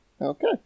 Okay